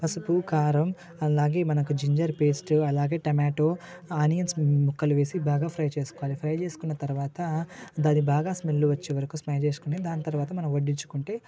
పసుపు కారం అలాగే మనకు జింజర్ పేస్టు అలాగే టమాటో ఆనియన్స్ ముక్కలు వేసి బాగా ఫ్రై చేసుకోవాలి ఫ్రై చేసుకున్న తర్వాత అది బాగా స్మెల్ వచ్చేవరకు ఫ్రై చేసుకుని దాని తర్వాత మనం వడ్డించుకుంటే